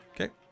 Okay